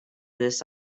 this